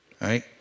Right